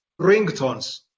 ringtones